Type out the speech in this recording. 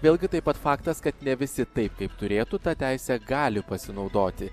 vėlgi taip pat faktas kad ne visi taip kaip turėtų ta teise gali pasinaudoti